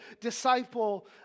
disciple